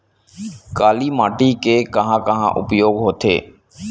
काली माटी के कहां कहा उपयोग होथे?